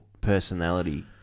personality